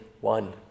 one